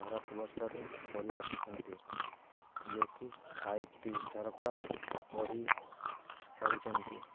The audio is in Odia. ଭାରତ ବର୍ଷରେ କରିଆସୁଛନ୍ତି ଯିଏ କି ଫାଇଭ ଟି ସରକାର ଗଢ଼ି ସାରିଛନ୍ତି